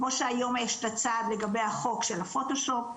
כמו שהיום יש את הצעד לגבי החוק של הפוטושופ,